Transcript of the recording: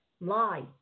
lie